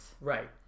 Right